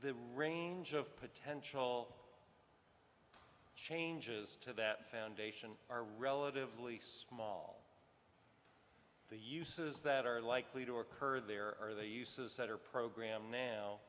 the range of potential changes to that foundation are relatively small the uses that are likely to occur there are the uses that are program